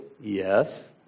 Yes